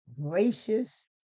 gracious